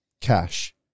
cash